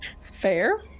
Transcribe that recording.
Fair